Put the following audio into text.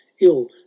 ill